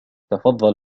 تفضل